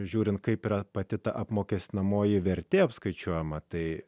žiūrint kaip yra pati ta apmokestinamoji vertė apskaičiuojama tai